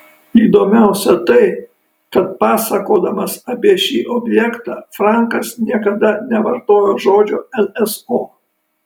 įdomiausia tai kad pasakodamas apie šį objektą frankas niekada nevartojo žodžio nso